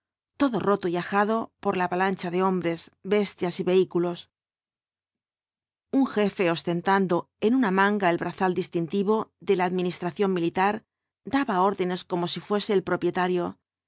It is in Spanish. todo roto y ajado por la avalancha de hombres bestias y vehículos lln jefe ostentando en una manga el brazal distintivo de la administración militar daba órdenes como si fuese el propietario